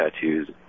tattoos